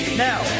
now